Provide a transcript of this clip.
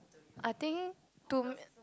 I think to